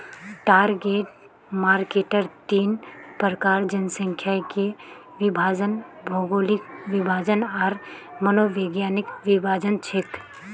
target marketer तीन प्रकार जनसांख्यिकीय विभाजन, भौगोलिक विभाजन आर मनोवैज्ञानिक विभाजन छेक